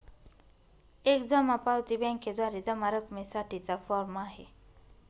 एक जमा पावती बँकेद्वारे जमा रकमेसाठी चा फॉर्म आहे